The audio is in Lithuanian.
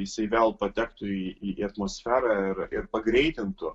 jisai vėl patektų į į atmosferą ir ir pagreitintų